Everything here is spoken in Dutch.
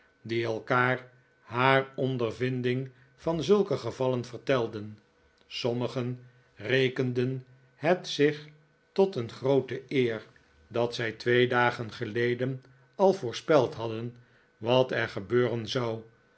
die elkaar haar ondervinding van zulke gevallen vertelden sommigen rekenden het zich tot een groote eer dat zij twee dagen geleden al voorspeld hadden wat er gebeuren zou